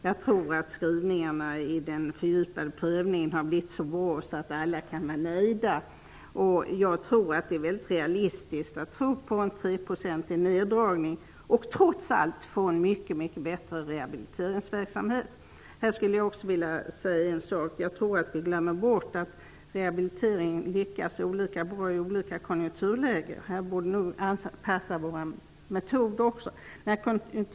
Jag tror att skrivningarna efter den fördjupade prövningen har blivit så bra att alla kan vara nöjda. Det är realistiskt att tro på en neddragning på 3 % och trots allt en mycket bättre rehabiliteringsverksamhet. Jag skulle också vilja säga att jag tror att vi glömmer bort att rehabiliteringen lyckas olika bra i olika konjunkturlägen. Här borde vi anpassa våra metoder.